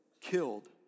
killed